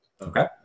Okay